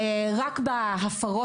אני מצטער,